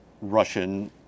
Russian